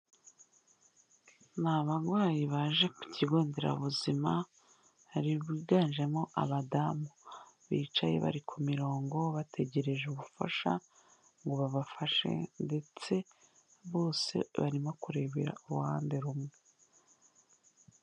Ni abarwayi baje ku kigo nderabuzima hari biganjemo abadamu bicaye bari ku mirongo bategereje ubufasha ngo babafashe ndetse bose barimo kurebera uruhande rumwe.